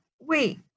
Wait